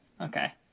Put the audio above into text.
Okay